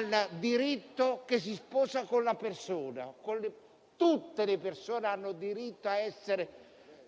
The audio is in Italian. il diritto che si sposa con la persona: tutte le persone hanno il diritto di essere